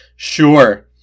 Sure